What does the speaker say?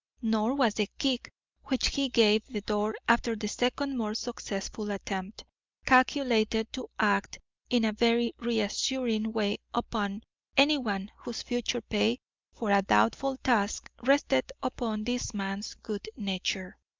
nor was the kick which he gave the door after the second more successful attempt calculated to act in a very reassuring way upon anyone whose future pay for a doubtful task rested upon this man's good nature.